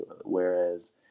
whereas